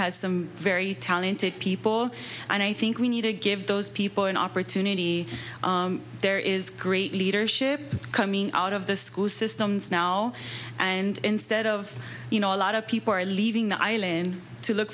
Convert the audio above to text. has some very talented people and i think we need to give those people an opportunity there is great leadership coming out of the school systems now and instead of you know a lot of people are leaving the island to look